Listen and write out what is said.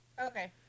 Okay